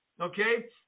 Okay